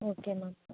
okay ma'am